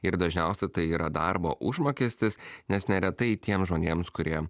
ir dažniausia tai yra darbo užmokestis nes neretai tiems žmonėms kurie